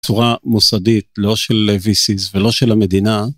צורה מוסדית לא של ויסיז ולא של המדינה.